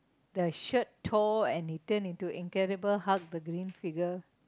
the shirt tore and he turn into incredible hulk the green figure